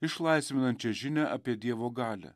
išlaisvinančią žinią apie dievo galią